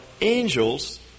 angels